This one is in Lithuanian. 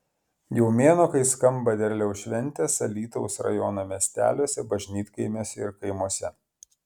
jau mėnuo kai skamba derliaus šventės alytaus rajono miesteliuose bažnytkaimiuose ir kaimuose